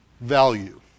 value